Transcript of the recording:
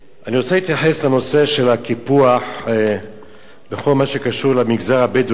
אני רוצה להתייחס לנושא של הקיפוח בכל מה שקשור למגזר הבדואי,